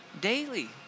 daily